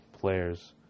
players